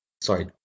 sorry